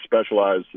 specialize